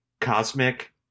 cosmic